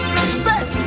Respect